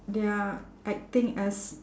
they're acting as